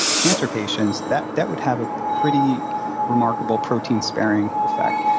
cancer patients, that that would have a pretty remarkable protein sparing effect.